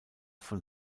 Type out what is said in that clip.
von